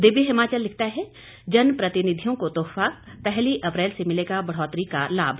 दिव्य हिमाचल लिखता है जन प्रतिनिधियों को तोहफा पहली अप्रैल से मिलेगा बढ़ोतरी का लाभ